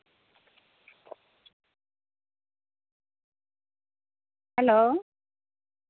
hello